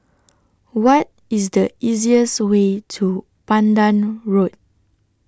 What IS The easiest Way to Pandan Road